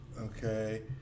okay